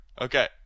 Okay